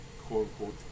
quote-unquote